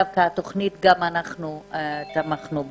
דווקא אנחנו גם תמכנו בתוכנית.